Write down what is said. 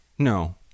No